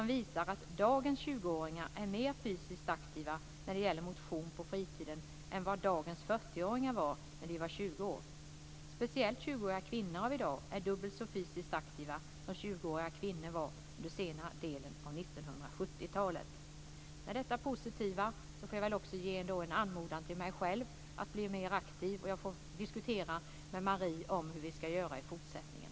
Den visar att dagens 20-åringar är mer fysiskt aktiva när det gäller motion på fritiden än vad dagens 40-åringar var när de var 20 år. Speciellt 20-åriga kvinnor är i dag dubbelt så fysiskt aktiva som 20-åriga kvinnor var under senare delen av 1970-talet. Med detta positiva får jag väl också ge mig själv en anmodan att bli mer aktiv. Jag får diskutera med Marie Engström hur vi ska göra i fortsättningen.